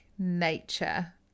nature